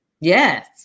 Yes